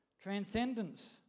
Transcendence